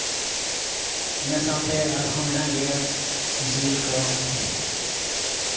ᱤᱱᱟᱹ ᱥᱟᱶᱛᱮ ᱟᱨᱦᱚᱸ ᱢᱮᱱᱟᱜ ᱜᱮᱭᱟ ᱡᱤᱞ ᱠᱚ